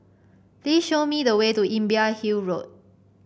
please show me the way to Imbiah Hill Road